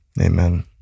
amen